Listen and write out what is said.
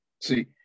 See